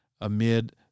amid